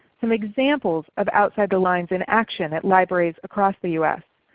some examples of outside the lines in action at libraries across the us,